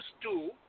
two